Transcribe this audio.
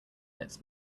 its